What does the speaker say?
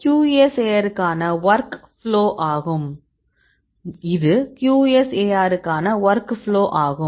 இது QSAR க்கான workflow ஆகும்